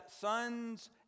sons